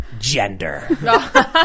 gender